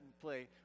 play